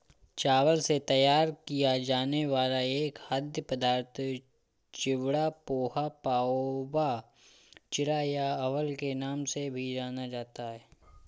चावल से तैयार किया जाने वाला यह खाद्य पदार्थ चिवड़ा, पोहा, पाउवा, चिरा या अवल के नाम से भी जाना जाता है